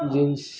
jeans